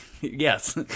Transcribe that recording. Yes